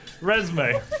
Resume